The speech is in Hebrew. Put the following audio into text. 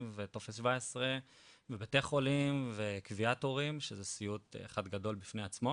וטופס 17 ובתי חולים וקביעת תורים שזה סיוט אחד גדול בפני עצמו,